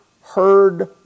heard